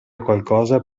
qualcosa